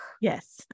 Yes